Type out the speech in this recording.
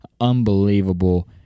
Unbelievable